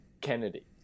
Kennedy